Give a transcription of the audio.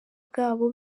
bwabo